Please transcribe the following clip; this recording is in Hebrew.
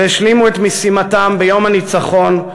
והשלימו את משימתם ביום הניצחון,